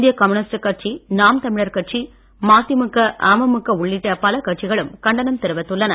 இந்திய கம்னியூஸ்ட் கட்சி நாம் தமிழர் கட்சி மதிமுக அமழக உள்ளிட்ட பல கட்சிகளும் கண்டனம் தெரிவித்துள்ளன